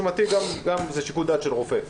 זה שיקול דעת של רופא.